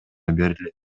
берилет